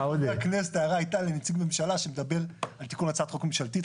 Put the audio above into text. ההערה הייתה לנציג ממשלה שמדבר על תיקון הצעת חוק ממשלתית.